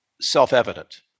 self-evident